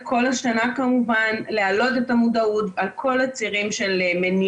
חשוב להדגיש שגם השנה לקחנו את כל הנושא של הדיבור